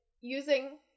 using